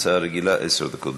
הצעה רגילה, עשר דקות.